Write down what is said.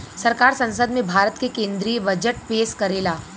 सरकार संसद में भारत के केद्रीय बजट पेस करेला